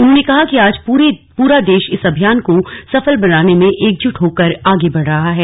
उन्होंने कहा कि आज पूरा देश इस अभियान को सफल बनाने में एकजुट होकर आगे बढ़ रहा है